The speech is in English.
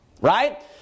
Right